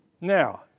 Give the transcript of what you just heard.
Now